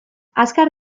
azkar